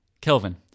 Kelvin